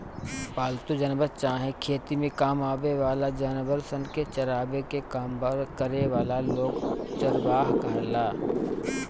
पालतू जानवर चाहे खेती में काम आवे वाला जानवर सन के चरावे के काम करे वाला लोग चरवाह कहाला